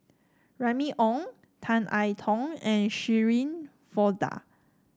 Remy Ong Tan I Tong and Shirin Fozdar